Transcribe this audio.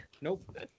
Nope